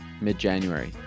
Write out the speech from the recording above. mid-January